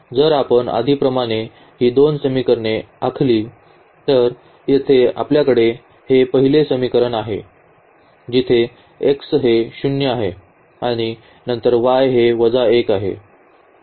जर आपण आधीप्रमाणे ही दोन समीकरणे आखली तर येथे आपल्याकडे हे पहिले समीकरण आहे जेथे x हे 0 आहे आणि नंतर y हे वजा 1 आहे